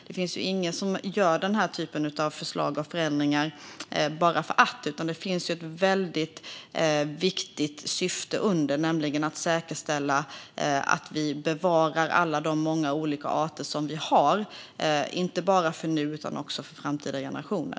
Det finns ingen som gör den här typen av förslag till förändringar bara för att. Det finns ett väldigt viktigt syfte under, nämligen att säkerställa att vi bevarar alla de många olika arter som vi har inte bara för nu utan också för framtida generationer.